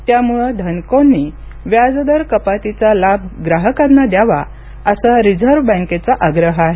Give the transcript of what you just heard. त्यामुळे धनकोंनी व्याज दर कपातीचा लाभ ग्राहकांना द्यावा असा रिझर्व बँकेचा आग्रह आहे